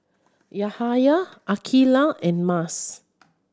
Yahaya Aqilah and Mas